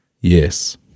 Yes